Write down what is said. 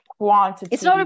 Quantity